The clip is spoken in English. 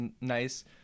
nice